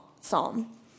psalm